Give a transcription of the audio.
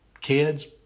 kids